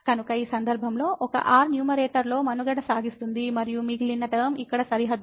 కాబట్టి ఈ సందర్భంలో ఒక r న్యూమరేటర్లో మనుగడ సాగిస్తుంది మరియు మిగిలిన టర్మ ఇక్కడ సరిహద్దుగా ఉంటుంది